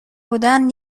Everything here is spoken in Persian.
بودن